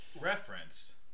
reference